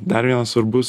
dar vienas svarbus